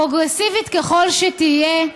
פרוגרסיבית ככל שתהיה,